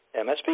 MSP